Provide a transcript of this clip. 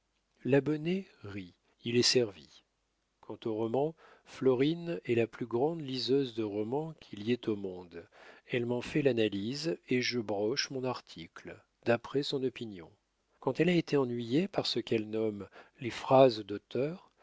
l'abonné rit il est servi quant aux romans florine est la plus grande liseuse de romans qu'il y ait au monde elle m'en fait l'analyse et je broche mon article d'après son opinion quand elle a été ennuyée par ce qu'elle nomme les phrases d'auteur